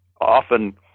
often